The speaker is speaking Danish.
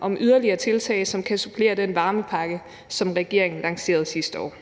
om yderligere tiltag, som kan supplere den varmepakke, som regeringen lancerede sidste år.